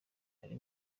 ari